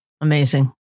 Amazing